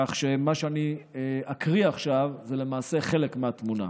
כך שמה שאני אקריא עכשיו זה חלק מהתמונה.